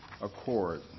accord